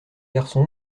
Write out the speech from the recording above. garçon